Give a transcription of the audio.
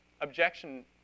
objection